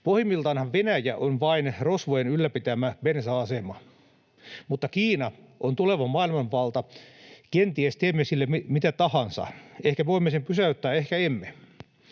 Voimiltaanhan Venäjä on vain rosvojen ylläpitämä bensa-asema, mutta Kiina on tuleva maailmanvalta, kenties teemme sille mitä tahansa. Ehkä voimme sen pysäyttää, ehkä emme.